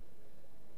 בין אמת